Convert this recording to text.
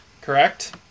Correct